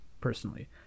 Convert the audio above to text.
personally